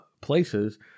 places